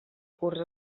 curs